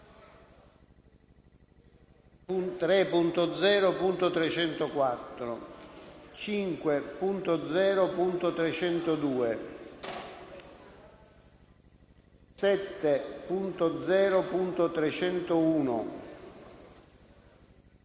3.0.304, 5.0.302, 7.0.301,